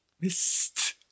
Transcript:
Mist